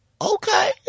Okay